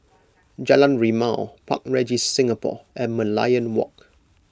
Jalan Rimau Park Regis Singapore and Merlion Walk